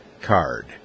card